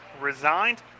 resigned